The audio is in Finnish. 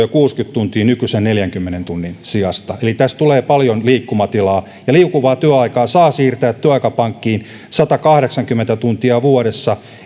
tuntia nykyisen neljänkymmenen tunnin sijasta eli tässä tulee paljon liikkumatilaa liukuvaa työaikaa saa siirtää työaikapankkiin satakahdeksankymmentä tuntia vuodessa